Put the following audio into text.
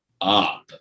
up